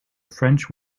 french